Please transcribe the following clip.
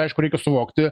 aišku reikia suvokti